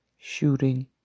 shooting